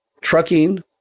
trucking